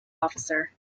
officer